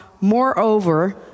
Moreover